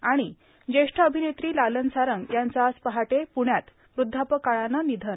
आणि ज्येष्ठ अभिनेत्री लालन सारंग यांचं आज पहाटे प्ण्यात वृद्धापकाळानं निधन